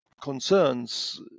concerns